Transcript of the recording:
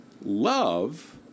love